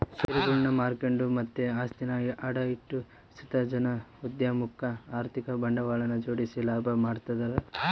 ಷೇರುಗುಳ್ನ ಮಾರ್ಕೆಂಡು ಮತ್ತೆ ಆಸ್ತಿನ ಅಡ ಇಟ್ಟು ಸುತ ಜನ ಉದ್ಯಮುಕ್ಕ ಆರ್ಥಿಕ ಬಂಡವಾಳನ ಜೋಡಿಸಿ ಲಾಭ ಮಾಡ್ತದರ